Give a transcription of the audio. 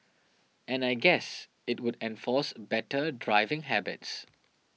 and I guess it would enforce better driving habits